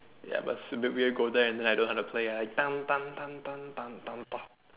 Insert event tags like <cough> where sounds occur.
ya but go there then like don't know how to play <noise>